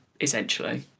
essentially